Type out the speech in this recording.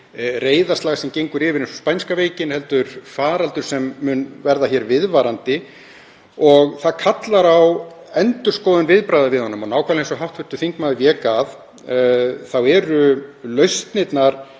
reiðarslag sem gengur yfir eins og spænska veikin, heldur faraldur sem mun verða viðvarandi. Það kallar á endurskoðun viðbragða við honum. Og nákvæmlega eins og hv. þingmaður vék að eru lausnirnar